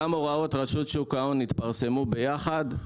גם הוראות רשות שוק ההון יתפרסמו ביחד.